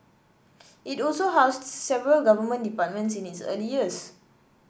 it also housed several Government departments in its early years